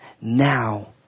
now